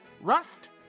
Rust